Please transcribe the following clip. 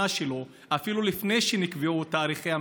שלו אפילו לפני שנקבעו תאריכי המשחקים.